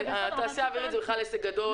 התעשייה האווירית זה בכלל עסק גדול,